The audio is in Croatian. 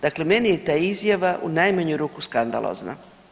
Dakle, meni je ta izjava u najmanju ruku skandalozna.